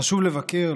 חשוב לבקר,